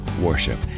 Worship